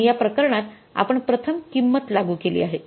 आणि या प्रकरणात आपण प्रथम किंमत लागू केली आहे